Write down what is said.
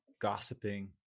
gossiping